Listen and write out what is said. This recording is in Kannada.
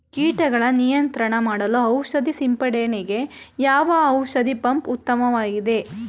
ಕೀಟಗಳ ನಿಯಂತ್ರಣ ಮಾಡಲು ಔಷಧಿ ಸಿಂಪಡಣೆಗೆ ಯಾವ ಔಷಧ ಪಂಪ್ ಉತ್ತಮವಾಗಿದೆ?